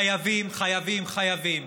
חייבים חייבים חייבים